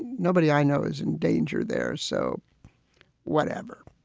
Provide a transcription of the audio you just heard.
nobody i know is in danger there. so whatever.